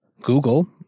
Google